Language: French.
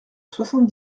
soixante